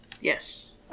Yes